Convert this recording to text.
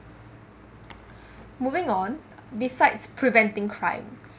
moving on besides preventing crime